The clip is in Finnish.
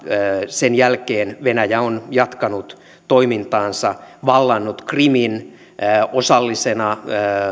sen jälkeen venäjä on jatkanut toimintaansa vallannut krimin on osallisena